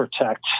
protect